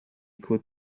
could